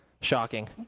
Shocking